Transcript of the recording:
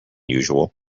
usual